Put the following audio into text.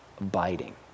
abiding